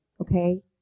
Okay